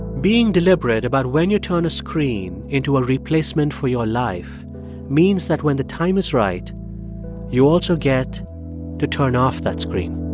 being deliberate about when you turn a screen into a replacement for your life means that when the time is right you also get to turn off that screen